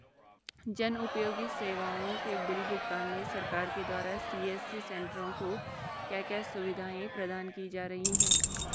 जन उपयोगी सेवाओं के बिल भुगतान में सरकार के द्वारा सी.एस.सी सेंट्रो को क्या क्या सुविधाएं प्रदान की जा रही हैं?